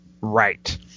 right